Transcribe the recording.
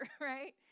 right